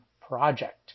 project